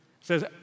says